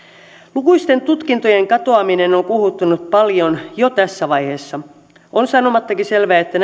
lukuisten tutkintojen katoaminen on puhuttanut paljon jo tässä vaiheessa on sanomattakin selvää että